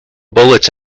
bullets